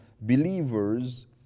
believers